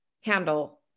handle